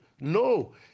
No